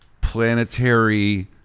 Planetary